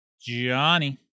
Johnny